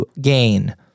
gain